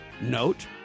note